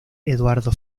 eduardo